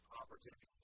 opportunity